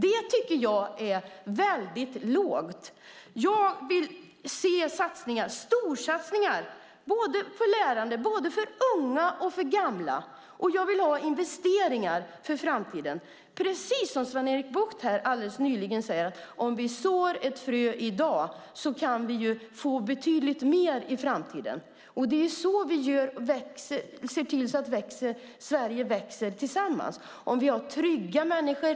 Det tycker jag är väldigt lågt. Jag vill se storsatsningar på lärande både för unga och för gamla, och jag vill ha investeringar för framtiden. Sven-Erik Bucht sade nyss: Om vi sår ett frö i dag kan vi få betydligt mer i framtiden. Det är så vi ser till att alla i Sverige växer tillsammans. Vi ska ha trygga människor.